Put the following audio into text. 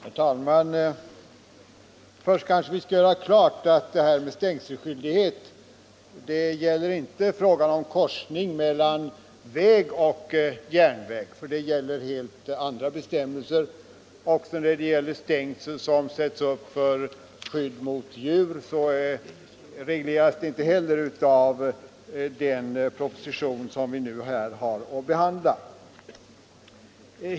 Herr talman! Först kanske vi skall göra klart att frågan om stängselskyldighet inte avser korsning mellan väg och järnväg; för sådana gäller helt andra bestämmelser. Inte heller uppsättning av stängsel för skydd mot djur regleras i den proposition som vi nu har att behandla.